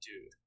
dude